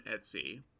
Etsy